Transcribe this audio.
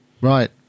right